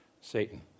Satan